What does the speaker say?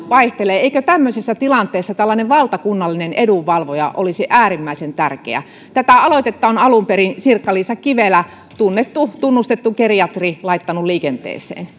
vaihtelee eikö tämmöisissä tilanteissa tällainen valtakunnallinen edunvalvoja olisi äärimmäisen tärkeä tämän aloitteen on alun perin sirkka liisa kivelä tunnettu tunnustettu geriatri laittanut liikenteeseen